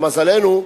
למזלנו,